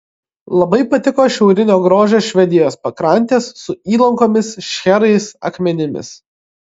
labai patiko šiaurinio grožio švedijos pakrantės su įlankomis šcherais akmenimis